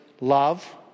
love